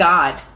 God